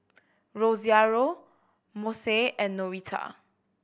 Rosario Mose and Norita